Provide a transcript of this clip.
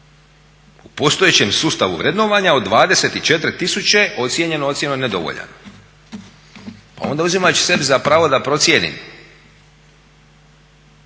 u postojećem sustavu vrednovanja od 24000 ocijenjeno ocjenom nedovoljan. Pa onda uzimajući sebi za pravo da procijenim